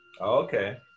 okay